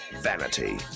Vanity